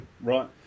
Right